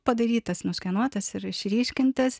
padarytas nuskenuotas ir išryškintas